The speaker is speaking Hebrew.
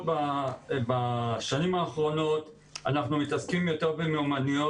בשנים האחרונות מתעסקים יותר במיומנויות.